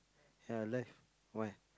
ya alive why